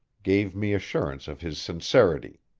gave me assurance of his sincerity.